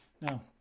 Now